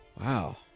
Wow